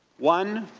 one,